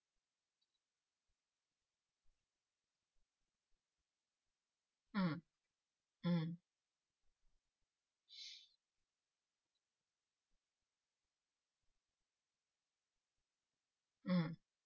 mm mm mm